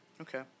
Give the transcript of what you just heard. Okay